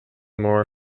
more